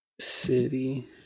City